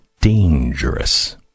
dangerous